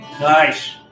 Nice